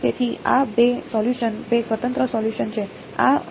તેથી આ બે સોલ્યુસન બે સ્વતંત્ર સોલ્યુસન છે આ અને